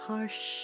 Harsh